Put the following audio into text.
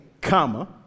comma